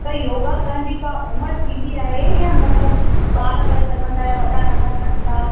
त योगा करण जी का उमिरि थींदी आहे या मतिलबु ॿार करे सघनि था या वॾा नथा करनि छा